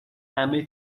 همه